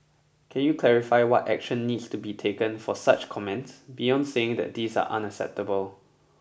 can you clarify what action needs to be taken for such comments beyond saying that these are unacceptable